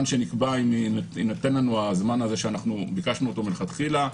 שנקבע אם יינתן לנו הזמן הזה שביקשנו מלכתחילה,